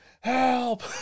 help